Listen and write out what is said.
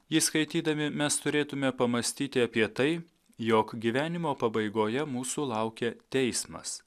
jį skaitydami mes turėtume pamąstyti apie tai jog gyvenimo pabaigoje mūsų laukia teismas